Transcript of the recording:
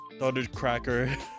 thundercracker